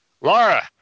Laura